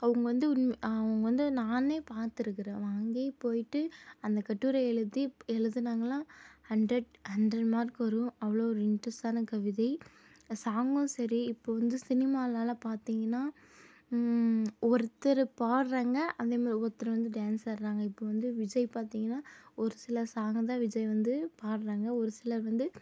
அவங்க வந்து அவங்க வந்து நானே பார்த்துருக்குறேன் வாங்கி போய்ட்டு அந்த கட்டுரை எழுதி எழுதுனாங்கன்னா ஹண்ட்ரட் ஹண்ட்ரட் மார்க் வரும் அவ்வளோ ஒரு இன்ட்ரெஸ்ட்டான கவிதை சாங்கும் சரி இப்போது வந்து சினிமாவிலலாம் பார்த்திங்கன்னா ஒருத்தர் பாடுறாங்க அதேமாதிரி ஒருத்தர் வந்து டான்ஸ் ஆடுறாங்க இப்போது வந்து விஜய் பார்த்திங்கன்னா ஒரு சில சாங்ககை தான் விஜய் வந்து பாடுறாங்க ஒரு சிலர் வந்து